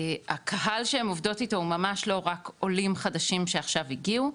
הקהל שהם עובדות אתו הוא ממש לא רק עולים חדשים שעכשיו הגיעו,